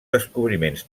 descobriments